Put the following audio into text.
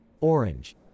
Orange